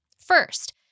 First